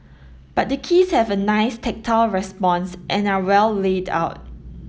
but the keys have a nice tactile response and are well laid out